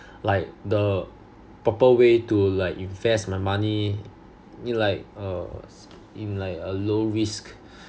like the proper way to like invest my money mean like a s~ in like a low risk